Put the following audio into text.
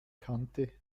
kannte